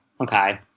okay